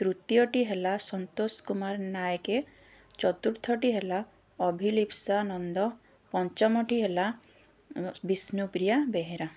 ତୃତୀୟଟି ହେଲା ସନ୍ତୋଷ କୁମାର ନାଏକେ ଚତୁର୍ଥଟି ହେଲା ଅଭିଲିପ୍ସା ନନ୍ଦ ପଞ୍ଚମଟି ହେଲା ବିଷ୍ନୁପ୍ରିୟା ବେହେରା